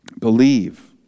Believe